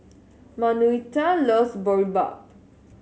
Manuelita loves Boribap